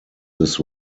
this